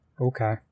Okay